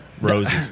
roses